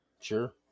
sure